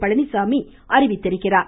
பழனிச்சாமி அறிவித்துள்ளார்